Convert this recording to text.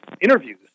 interviews